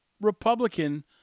Republican